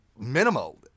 minimal